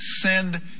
send